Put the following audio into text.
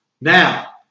Now